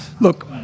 look